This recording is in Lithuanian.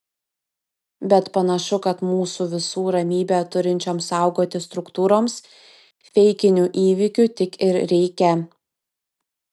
bet panašu kad mūsų visų ramybę turinčioms saugoti struktūroms feikinių įvykių tik ir reikia